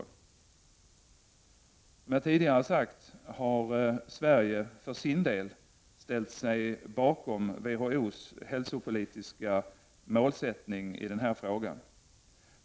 Som jag tidigare har sagt har Sverige för sin del ställt sig bakom WHO:s hälsopolitiska målsättning i den här frågan.